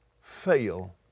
fail